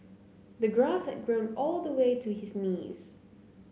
the grass had grown all the way to his knees